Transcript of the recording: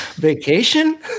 Vacation